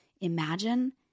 imagine